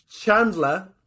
chandler